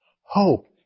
Hope